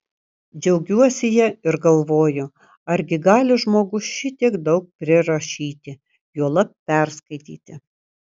džiaugiuosi ja ir galvoju argi gali žmogus šitiek daug prirašyti juolab perskaityti